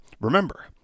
Remember